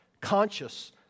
conscious